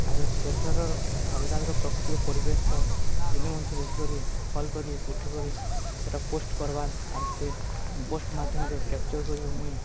ଆରୁ ସେଠାରର୍ ଅଲ୍ଗା ଅଲ୍ଗା ପ୍ରକୃତିକ ପରିବେଶ୍ର ଜିନିଷ୍ମାନ୍କୁ ଦେଖିିକରି ଭଲ୍ କରି ଉଠେଇ କରି ସେଟା ପୋଷ୍ଟ୍ କର୍ବାର୍ ଆରୁ ସେ ପୋଷ୍ଟ୍ ମାଧ୍ୟମ୍ରେ କ୍ୟାପ୍ଚର୍ କରିକରି ମୁଇଁ